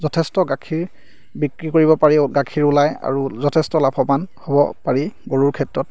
যথেষ্ট গাখীৰ বিক্ৰী কৰিব পাৰি গাখীৰ ওলায় আৰু যথেষ্ট লাভৱান হ'ব পাৰি গৰুৰ ক্ষেত্ৰত